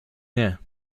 nie